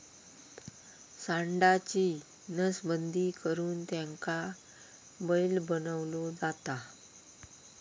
सांडाची नसबंदी करुन त्याका बैल बनवलो जाता